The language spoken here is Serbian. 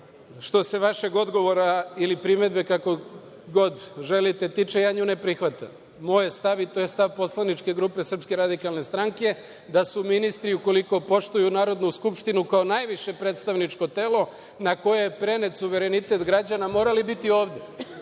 što se vašeg odgovora ili primedbe, kako god želite, tiče, ja nju ne prihvatam. Moj je stav i to je stav poslaničke grupe SRS da su ministri, ukoliko poštuju Narodnu skupštinu kao najviše predstavničko telo, na koje je prenet suverenitet građana, morali biti ovde. Oni